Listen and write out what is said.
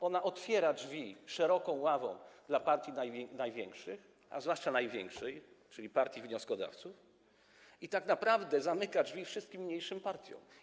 Ona otwiera drzwi szeroką ławą dla partii największych, a zwłaszcza tej największej, czyli partii wnioskodawców, i tak naprawdę zamyka drzwi wszystkim mniejszym partiom.